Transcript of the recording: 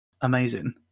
amazing